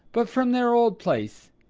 but from their old place,